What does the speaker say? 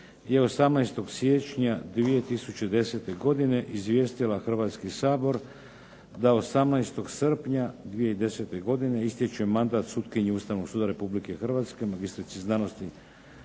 je 18. siječnja 2010. godine izvijestila Hrvatski sabor da 18. srpnja 2010. godine istječe mandat sutkinji Ustavnog suda Republike Hrvatske magistrici znanosti